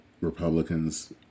Republicans